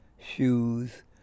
shoes